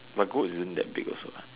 but goat isn't that big also what